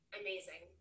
amazing